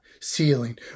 ceiling